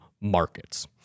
markets